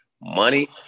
money